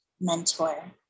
mentor